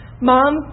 mom